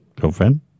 girlfriend